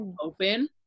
open